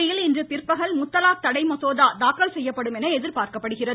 அவையில் இன்று பிற்பகல் முத்தலாக் தடை மசோதா தாக்கல் செய்யப்படும் ் என எதிர்பார்க்கப்படுகிறது